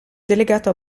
delegato